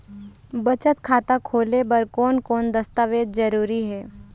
बचत खाता खोले बर कोन कोन दस्तावेज जरूरी हे?